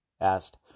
asked